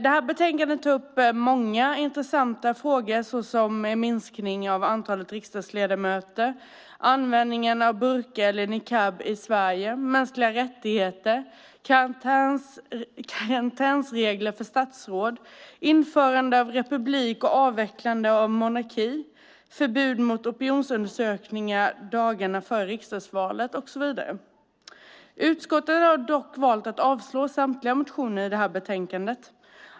I betänkandet tas många intressanta frågor upp såsom minskning av antalet riksdagsledamöter, användningen av burka eller niqab i Sverige, mänskliga rättigheter, karantänsregler för statsråd, införande av republik och avvecklande av monarki, förbud mot opinionsundersökningar dagarna före riksdagsvalet och så vidare. Utskottet har dock valt att avslå samtliga motioner i betänkandet.